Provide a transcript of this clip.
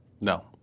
No